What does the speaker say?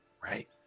right